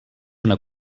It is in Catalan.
una